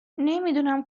نمیدونم